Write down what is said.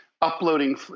uploading